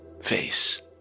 face